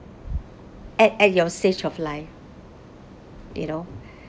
at at your stage of life you know